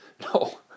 No